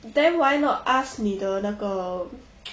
then why not ask 你的那个